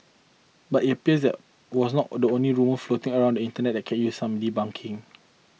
but it appears it was not the only rumour floating around the internet that can use some debunking